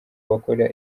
bakora